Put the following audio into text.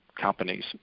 companies